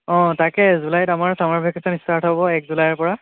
অঁ তাকেই জুলাইত আমাৰ চামাৰ ভেকেচন ষ্টাৰ্ট হ'ব এক জুলাইৰ পৰা